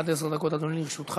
עד עשר דקות, אדוני, לרשותך.